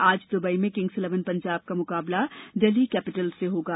आज दबई में Kings Eleven Punjab का मुकाबला डेल्ही कैपिटल्स से होगा